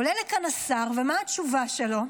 עולה לכאן השר, ומה התשובה שלו?